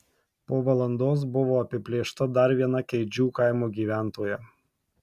po valandos buvo apiplėšta dar viena keidžių kaimo gyventoja